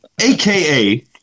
aka